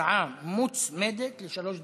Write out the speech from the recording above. חבר הכנסת נחמן שי, הצעה מוצמדת, שלוש דקות.